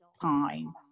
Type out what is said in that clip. time